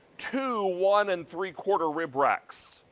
two, one, and three quarter rib racks.